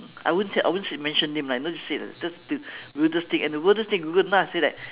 I won't say I won't say mention name lah like don't say like that just the weirdest thing and the weirdest thing google now I feel that